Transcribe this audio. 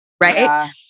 right